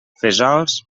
fesols